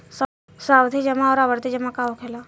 सावधि जमा आउर आवर्ती जमा का होखेला?